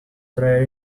traer